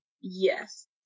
Yes